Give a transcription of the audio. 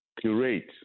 curate